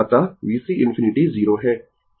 अतः VC ∞ 0 है